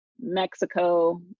Mexico